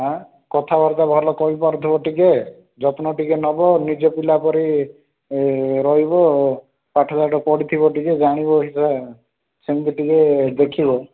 ଆଁ କଥାବାର୍ତ୍ତା ଭଲ କହିପାରୁଥିବ ଟିକିଏ ଯତ୍ନ ଟିକିଏ ନେବ ନିଜ ପିଲାପରି ଏଇ ରହିବ ପାଠଶାଠ ପଢ଼ିଥିବ ଟିକିଏ ଜାଣିବ ସେମିତି ଟିକିଏ ଦେଖିବ